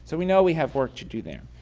so we know we have work to do there.